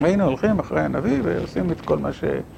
והנה הולכים אחרי הנביא ועושים את כל מה ש...